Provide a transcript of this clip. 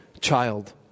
child